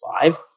Five